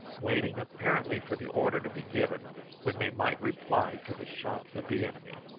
waiting apparently for the order to be given when they might reply to the shots of the enemy.